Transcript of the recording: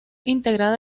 integrada